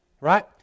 right